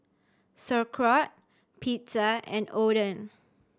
Sauerkraut Pizza and Oden